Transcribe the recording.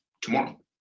tomorrow